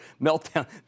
meltdown